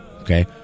Okay